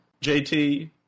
JT